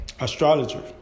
astrologer